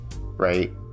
right